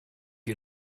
you